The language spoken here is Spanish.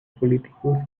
políticos